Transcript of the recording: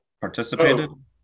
participated